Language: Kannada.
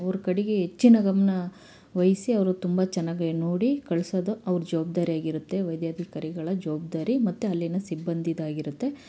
ಅವ್ರ ಕಡೆಗೆ ಹೆಚ್ಚಿನ ಗಮನ ವಹಿಸಿ ಅವರು ತುಂಬ ಚೆನ್ನಾಗೆ ನೋಡಿ ಕಳಿಸೋದು ಅವ್ರ ಜವಾಬ್ದಾರಿ ಆಗಿರುತ್ತೆ ವೈದ್ಯಾಧಿಕಾರಿಗಳ ಜವಾಬ್ದಾರಿ ಮತ್ತು ಅಲ್ಲಿನ ಸಿಬ್ಬಂದಿದಾಗಿರುತ್ತೆ